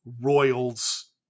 Royals